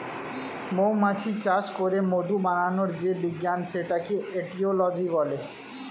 মৌমাছি চাষ করে মধু বানানোর যে বিজ্ঞান সেটাকে এটিওলজি বলে